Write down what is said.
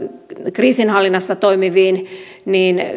kriisinhallinnassa toimiviin